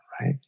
right